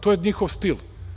To je njihov stil.